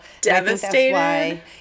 Devastated